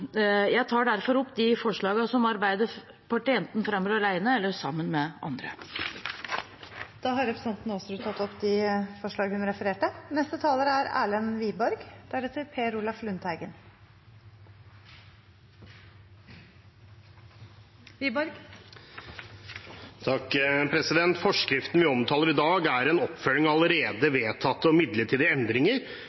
Jeg tar opp forslaget som Arbeiderpartiet fremmer sammen med Senterpartiet og SV. Representanten Rigmor Aasrud har tatt opp det forslaget hun refererte til. Forslaget vi omtaler i dag, er